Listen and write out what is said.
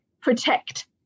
protect